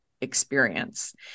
experience